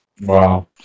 Wow